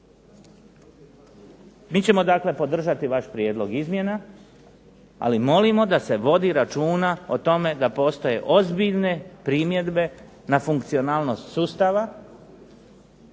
Mi ćemo dakle podržati vaš prijedlog izmjena, ali molimo da se vodi računa o tome da postoje ozbiljne primjedbe na funkcionalnost sustava